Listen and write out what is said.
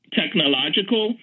technological